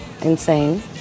insane